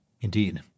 Indeed